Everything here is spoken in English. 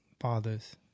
fathers